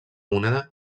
moneda